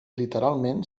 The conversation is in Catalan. literalment